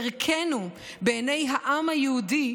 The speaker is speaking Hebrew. ערכנו בעיני העם היהודי,